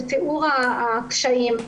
בתיאור הקשיים,